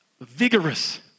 vigorous